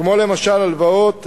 כמו למשל הלוואות,